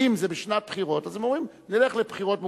ואם זה בשנת בחירות אז הם אומרים: נלך לבחירות מוקדמות.